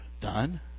done